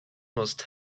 must